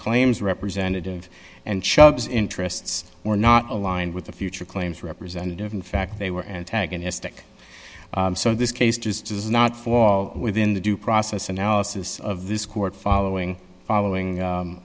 claims representative and showbiz interests were not aligned with the future claims representative in fact they were antagonistic so this case just does not fall within the due process analysis of this court following